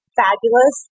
fabulous